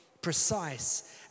precise